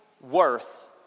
worth